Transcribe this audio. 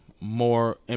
more